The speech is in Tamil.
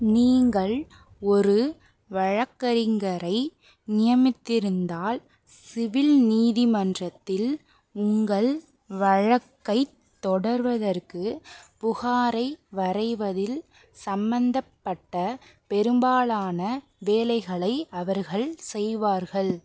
நீங்கள் ஒரு வழக்கறிஞரை நியமித்திருந்தால் சிவில் நீதிமன்றத்தில் உங்கள் வழக்கைத் தொடர்வதற்கு புகாரை வரைவதில் சம்பந்தப்பட்ட பெரும்பாலான வேலைகளை அவர்கள் செய்வார்கள்